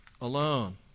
alone